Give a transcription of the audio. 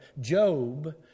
Job